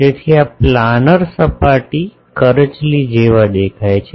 તેથી આ પ્લાનર સપાટી કરચલી જેવા દેખાય છે